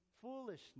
foolishness